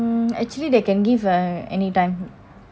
um actually they can give err anytime